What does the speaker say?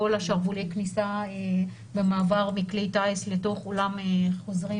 בכל שרוולי הכניסה במעבר מכלי הטיס לאולם החוזרים.